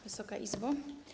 Wysoka Izbo!